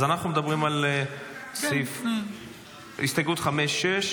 אז אנחנו מדברים על הסתייגויות 8,7,6,5,